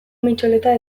mitxoleta